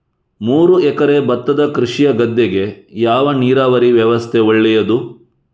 ಮೂರು ಎಕರೆ ಭತ್ತದ ಕೃಷಿಯ ಗದ್ದೆಗೆ ಯಾವ ನೀರಾವರಿ ವ್ಯವಸ್ಥೆ ಒಳ್ಳೆಯದು?